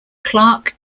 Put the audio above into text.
clark